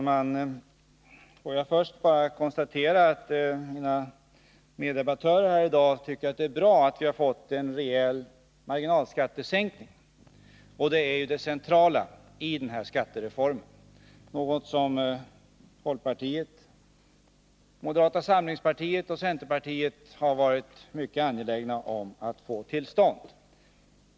Herr talman! Får jag först konstatera att mina meddebattörer här i dag tycker att det är bra att vi har fått en rejäl marginalskattesänkning. Det är ju det centrala i den här skattereformen och det som folkpartiet, moderata samlingspartiet och centerpartiet har varit mycket angelägna om att få till stånd.